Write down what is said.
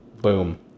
Boom